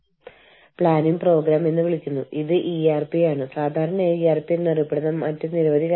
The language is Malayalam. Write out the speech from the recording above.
നമ്മൾക്ക് Andean Community ASEAN APEC European Union തുടങ്ങിയവയുണ്ട്